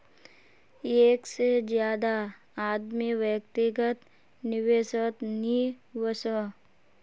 एक से ज्यादा आदमी व्यक्तिगत निवेसोत नि वोसोह